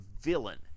villain